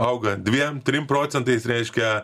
auga dviem trim procentais reiškia